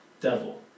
devil